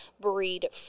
breed